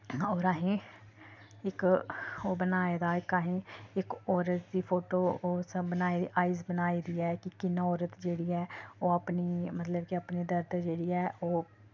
होर असें इक ओह् बनाए दा इक असें इक औरत दी फोटो ओसम बनाई दी आईस बनाई दी ऐ कि कि'यां औरत जेह्ड़ी ऐ ओह् अपनी मतलब कि अपनी दर्द जेह्ड़ी ऐ ओह्